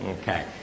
Okay